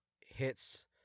hits